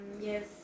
Yes